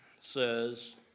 says